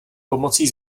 pomocí